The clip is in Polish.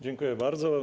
Dziękuję bardzo.